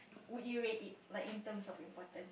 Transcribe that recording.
would you rate it like in terms of importance